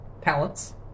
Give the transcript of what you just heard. Talents